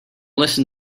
listen